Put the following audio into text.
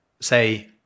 say